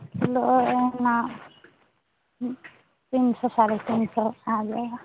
kilo ये ना तीन सौ साढ़े तीन सौ आ जाएगा